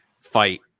fight